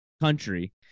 country